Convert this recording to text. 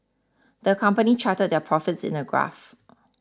the company charted their profits in a graph